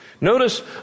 notice